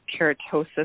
keratosis